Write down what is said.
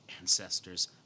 ancestors